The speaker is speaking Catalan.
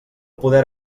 poder